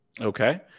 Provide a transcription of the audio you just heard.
Okay